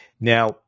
Now